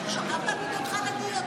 וישבו שם גם תלמידות חרדיות,